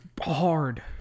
hard